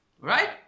right